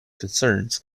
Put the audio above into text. concerns